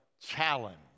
challenge